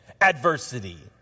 adversity